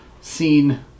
seen